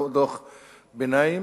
דוח ביניים,